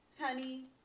Honey